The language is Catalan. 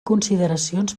consideracions